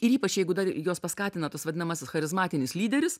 ir ypač jeigu dar juos paskatina tas vadinamasis charizmatinis lyderis